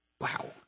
Wow